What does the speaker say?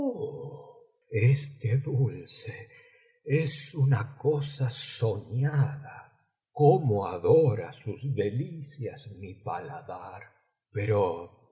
este dulce es una cosa soñada í cómo adora sus delicias mi paladar pero